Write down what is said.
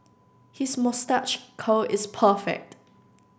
his moustache curl is perfect